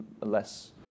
less